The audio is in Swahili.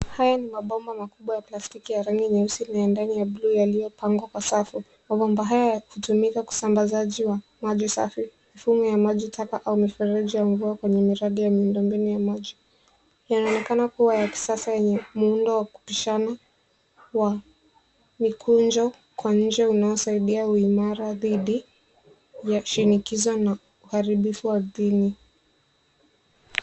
Haya ni mabomba makubwa ya plastiki ya rangi nyeusi na ya ndani ya bluu yaliyo pangwa kwa safu. Mabomba haya yakitumika kwa usambazaji wa maji safi. Mifumo ya maji taka au mifereji ya mvua kwenye miradi ya miundombinu ya maji. Yanaonekana kuwa ya kisasa yenye muundo wa kupishana, wa mikunjo kwa nje unaosaidia uimara dhidi ya shinikizo na uharibifu ardhini.